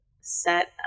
set